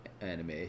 anime